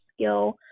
skill